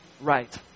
right